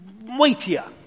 weightier